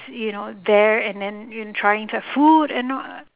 you know there and then you trying to have food and all